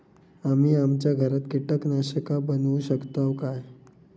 आम्ही आमच्या घरात कीटकनाशका बनवू शकताव काय?